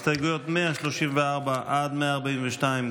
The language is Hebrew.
הסתייגויות 134 142,